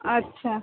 আচ্ছা